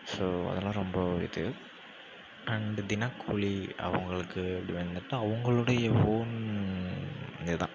so அதெல்லாம் ரொம்ப இது அண்ட் தினக்கூலி அவங்களுக்கு அப்படி வந்துவிட்டு அவங்களுடைய ஓன் இதான்